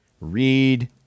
read